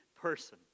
person